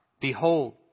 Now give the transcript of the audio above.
behold